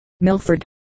Milford